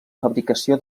fabricació